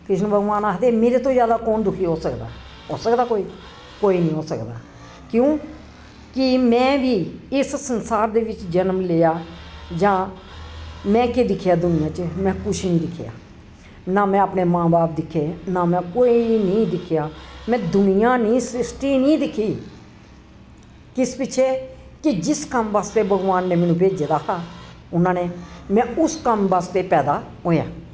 कृष्ण भगवान आखदे मेरे तो जादा कौन दुखी हो सकदा हो सकदा कोई कोई निं होई सकदा क्यों कि में बी इस संसार दे बिच्च जनम लेआ जां में केह् दिक्खेआ दुनियां च में कुछ निं दिक्खेआ नां में अपने मां बब्ब दिक्खे नां में कोई नी दिक्खेआ नां मे अपने मां बाप दिक्खे नां में कोई निं दिक्खेआ में दुनियां स्रिश्टी निं दिक्खी किस पिच्छें कि जिस कम्म बास्तै भगवान ने मैनू भेजे दा हा उना ने में उस कम्म बास्तै पैदा होएआ